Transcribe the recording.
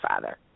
father